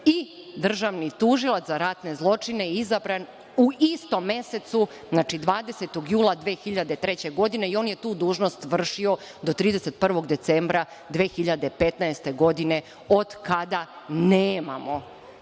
i državni tužilac za ratne zločine je izabran u istom mesecu, znači 20. jula 2003. godine, i on je tu dužnost vršio do 31. decembra 2015. godine, od kada nemamo